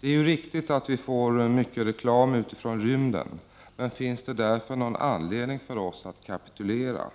Det är riktigt att vi får mycket reklam utifrån rymden, men finns det därför någon anledning för oss att kapitulera?